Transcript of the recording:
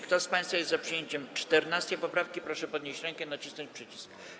Kto z państwa jest za przyjęciem 14. poprawki, proszę podnieść rękę i nacisnąć przycisk.